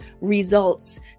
results